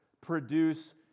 produce